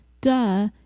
Duh